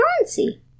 currency